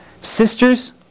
Sisters